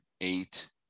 eight